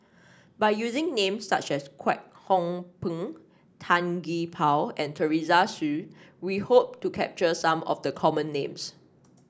by using names such as Kwek Hong Png Tan Gee Paw and Teresa Hsu we hope to capture some of the common names